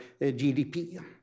GDP